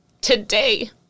today